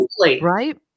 right